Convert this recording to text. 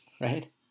Right